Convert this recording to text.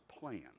plan